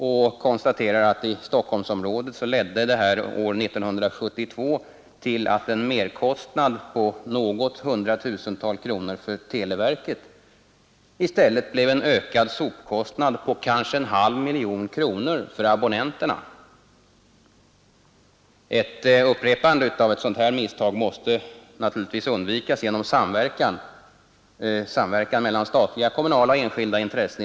Vi konstaterar att i Stockholmsområdet ledde det år 1972 till att en merkostnad på något hundratusental kronor för televerket i stället blev en ökad sopkostnad på kanske en halv miljon kronor för abonnenterna. Ett upprepande av ett sådant misstag måste naturligtvis undvikas genom samverkan, i det här fallet mellan statliga, kommunala och enskilda intressen.